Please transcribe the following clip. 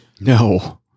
No